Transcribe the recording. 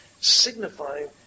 signifying